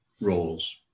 roles